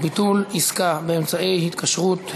ביטול עסקה באמצעי ההתקשרות),